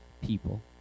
people